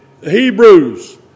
Hebrews